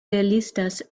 realistas